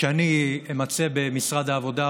כשאני אימצא במשרד העבודה,